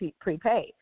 prepaid